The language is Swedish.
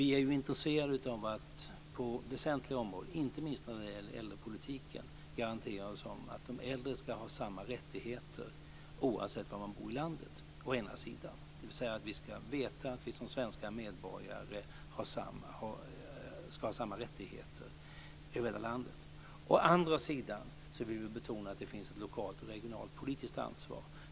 Vi är ju intresserade av att på väsentliga områden, inte minst när det gäller äldrepolitiken, garantera att de äldre ska ha samma rättigheter; detta oavsett var i landet man bor. Å ena sidan ska vi alltså veta att vi som svenska medborgare ska ha samma rättigheter över hela landet. Å andra sidan vill vi betona att det finns både ett lokalt och ett regionalt politiskt ansvar.